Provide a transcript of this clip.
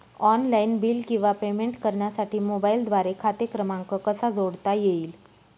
Online bill किंवा payment करण्यासाठी मोबाईलद्वारे खाते क्रमांक कसा जोडता येईल?